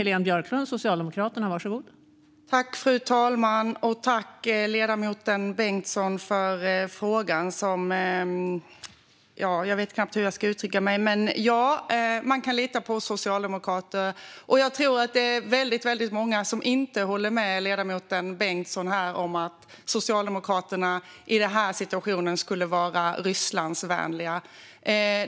Fru talman! Jag tackar ledamoten Bengtsson för frågan. Jag vet knappt hur jag ska uttrycka mig, men ja, man kan lita på Socialdemokraterna. Och jag tror att det är väldigt många som inte håller med ledamoten Bengtsson om att Socialdemokraterna i denna situation skulle vara Rysslandsvänliga.